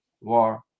war